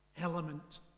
element